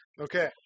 Okay